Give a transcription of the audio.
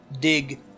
dig